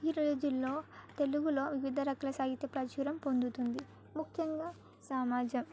ఈ రోజులలో తెలుగులో వివిధ రకాల సాహిత్య ప్రాచుర్యం పొందుతుంది ముఖ్యంగా సమాజం